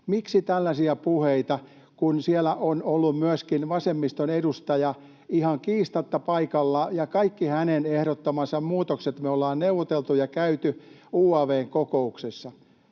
Miksi tällaisia puheita, kun siellä on ollut myöskin vasemmiston edustaja ihan kiistatta paikalla ja kaikki hänen ehdottamansa muutokset me ollaan neuvoteltu ja käyty UaV:n kokouksessa?